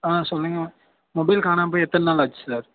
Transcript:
ஆ சொல்லுங்கள் மொபைல் காணாமல் போய் எத்தனை நாள் ஆச்சு சார்